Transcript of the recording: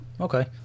okay